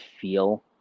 feel